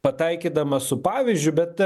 pataikydamas su pavyzdžiu bet